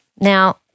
Now